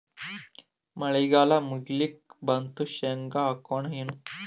ಮಳಿಗಾಲ ಮುಗಿಲಿಕ್ ಬಂತು, ಶೇಂಗಾ ಹಾಕೋಣ ಏನು?